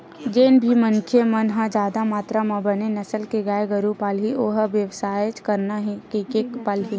जेन भी मनखे मन ह जादा मातरा म बने नसल के गाय गरु पालही ओ ह बेवसायच करना हे कहिके पालही